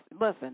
Listen